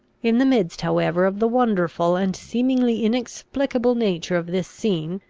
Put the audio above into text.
in the midst however of the wonderful and seemingly inexplicable nature of this scene,